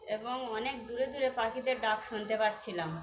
এবং অনেক দূরে দূরে পাখিদের ডাক শুনতে পাচ্ছিলাম